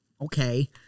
okay